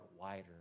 wider